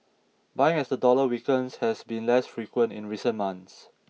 buying as the dollar weakens has been less frequent in recent months